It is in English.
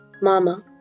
Mama